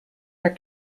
are